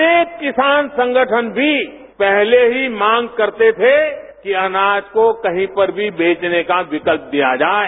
अनेक किसान संगठन भी पहले ही मांग करते थे कि अनाज को कहीं पर भी बेचने का विकल्प दिया जाये